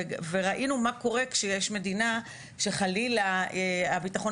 וראינו מה קורה כשיש מדינה שחלילה הביטחון